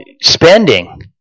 spending